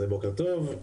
בוקר טוב,